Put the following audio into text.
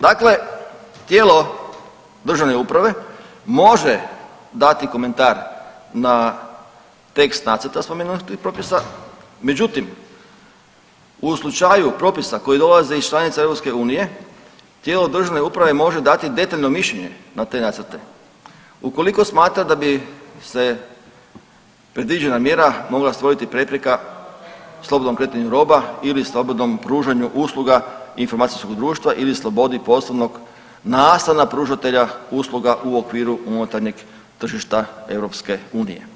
Dakle, tijelo državne uprave može dati komentar na tekst nacrta spomenutih propisa, međutim u slučaju propisa koji dolaze iz članica EU tijelo državne uprave može dati i detaljno mišljenje na te nacrte ukoliko smatra da bi se predviđena mjera mogla stvoriti prepreka slobodnom kretanju roba ili slobodnom pružanju usluga informacijskog društva ili slobodi poslovnog …/nerazumljivo/… pružatelja usluga u okviru unutarnjeg tržišta EU.